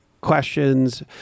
questions